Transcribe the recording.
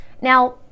Now